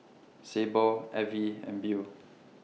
Sable Avie and Beau